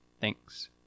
thanks